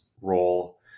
role